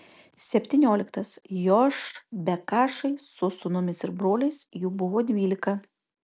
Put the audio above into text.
septynioliktas jošbekašai su sūnumis ir broliais jų buvo dvylika